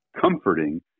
comforting